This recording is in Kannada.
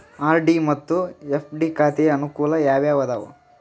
ಆರ್.ಡಿ ಮತ್ತು ಎಫ್.ಡಿ ಖಾತೆಯ ಅನುಕೂಲ ಯಾವುವು ಅದಾವ?